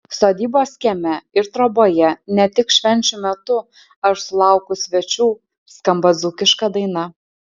sodybos kieme ir troboje ne tik švenčių metu ar sulaukus svečių skamba dzūkiška daina